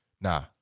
Nah